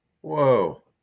Whoa